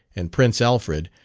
and prince alfred,